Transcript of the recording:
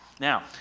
Now